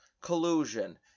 collusion